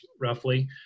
roughly